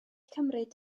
cymryd